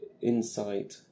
insight